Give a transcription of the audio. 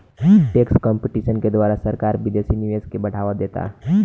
tax competition के द्वारा सरकार विदेशी निवेश के बढ़ावा देता